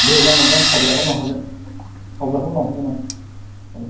दे जागोन दे आं खावब्लाखौबो लांफागोन खावब्लाखौबो लांफागोन आं औ